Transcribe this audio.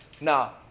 Now